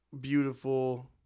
beautiful